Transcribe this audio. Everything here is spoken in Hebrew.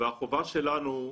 החובה שלנו,